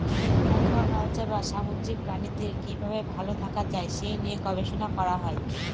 aquaculture বা সামুদ্রিক প্রাণীদের কি ভাবে ভালো থাকা যায় সে নিয়ে গবেষণা করা হয়